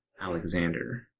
Alexander